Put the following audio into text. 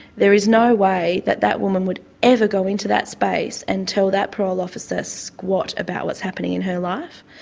there is no way that that woman would ever go into that space and tell that parole officer squat about what's happening in her life.